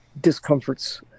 discomforts